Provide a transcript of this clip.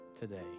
today